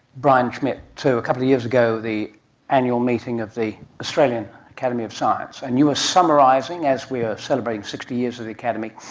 brian schmidt, to a couple of years ago, the annual meeting of the australian academy of science, and you were summarising, as we were celebrating sixty years of the academy,